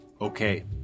Okay